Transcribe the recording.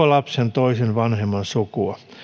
lapsen toisen vanhemman koko sukua